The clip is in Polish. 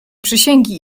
przysięgi